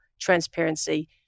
transparency